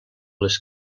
les